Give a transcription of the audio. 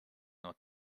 not